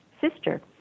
sister